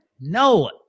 no